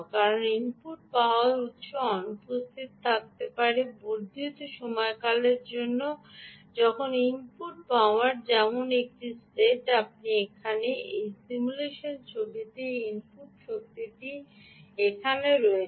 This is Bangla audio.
কারণ ইনপুট পাওয়ার উত্স অনুপস্থিত থাকতে পারে বর্ধিত সময়কালের জন্য যখন ইনপুট পাওয়ার যেমন একটি সেট আপনি এখানে দেখেন এই সিমুলেশন ছবিতে এই ইনপুট শক্তিটি এখানে রয়েছে